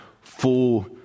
full